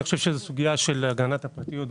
אני חושב שזוהי סוגייה של הגנת הפרטיות,